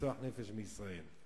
ולרצוח נפש בישראל,